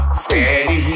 steady